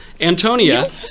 Antonia